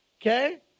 Okay